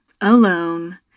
alone